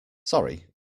sorry